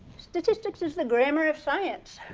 statistics is the grammar of science.